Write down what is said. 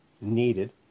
needed